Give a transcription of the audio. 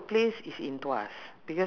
bangkit right I thought my